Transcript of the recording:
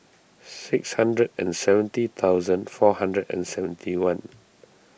six hundred and seventy thousand four hundred and seventy one